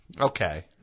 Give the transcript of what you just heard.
Okay